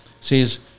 says